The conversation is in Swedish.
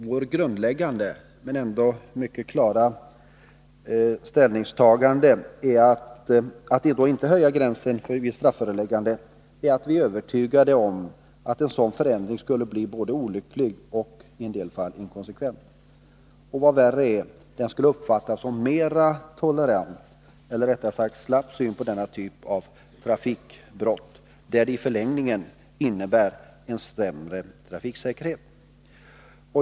Vårt grundläggande men ändå mycket klara ställningstagande för att inte höja gränsen för strafföreläggande är att vi är övertygade om att en sådan förändring skulle bli både olycklig och i vissa fall inkonsekvent. Vad värre är: Den skulle uppfattas som en mera tolerant, eller rättare sagt som en mera slapp, syn på denna typ av trafikbrott med i förlängningen en sämre trafiksäkerhet.